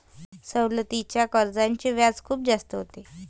सवलतीच्या कर्जाचे व्याज खूप जास्त होते